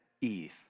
eve